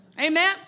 Amen